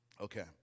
Okay